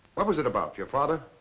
what was it about? your father?